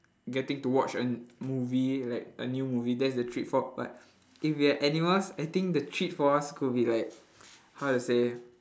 getting to watch a movie like a new movie that's the treat for us but if we are animals I think the treats for us could be like how to say